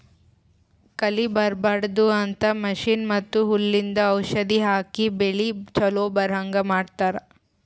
ಕಳಿ ಬರ್ಬಾಡದು ಅಂದ್ರ ಮಷೀನ್ ಮತ್ತ್ ಹುಲ್ಲಿಂದು ಔಷಧ್ ಹಾಕಿ ಬೆಳಿ ಚೊಲೋ ಬರಹಂಗ್ ಮಾಡತ್ತರ್